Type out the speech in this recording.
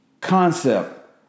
concept